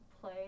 play